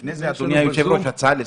לפני זה, אדוני היושב-ראש, הצעה לסדר.